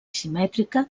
simètrica